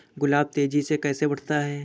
गुलाब तेजी से कैसे बढ़ता है?